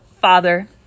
father